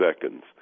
seconds